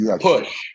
Push